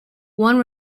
one